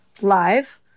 live